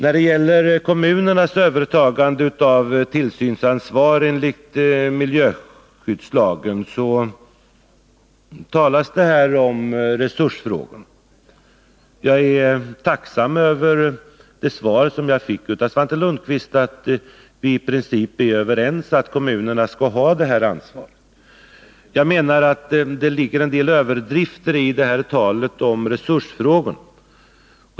När det gäller kommunernas övertagande av tillsynsansvaret enligt miljöskyddslagen, talas det här om resursfrågorna. Jag är tacksam över det svar som jag fick av Svante Lundkvist, nämligen att vi i princip är överens om att kommunerna skall ta detta ansvar. Jag menar att det ligger en del överdrifter i talet om resursfrågorna.